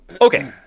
Okay